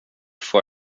for